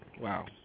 Wow